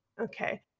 Okay